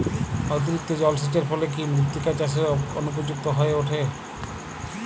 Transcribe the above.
অতিরিক্ত জলসেচের ফলে কি মৃত্তিকা চাষের অনুপযুক্ত হয়ে ওঠে?